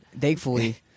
thankfully